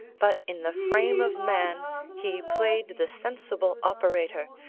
but in the frame of man he played the sensible operator,